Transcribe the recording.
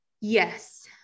Yes